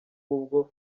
ubwo